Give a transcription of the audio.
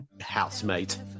housemate